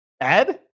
Ed